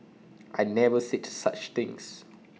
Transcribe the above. I never said such things